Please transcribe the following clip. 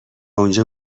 اونجا